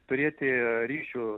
turėti ryšių